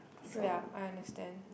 ya I understand